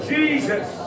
Jesus